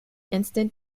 instant